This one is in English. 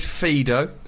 Fido